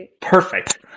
perfect